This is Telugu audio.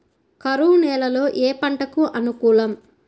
కరువు నేలలో ఏ పంటకు అనుకూలం?